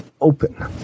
open